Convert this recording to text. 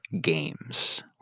games